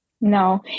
No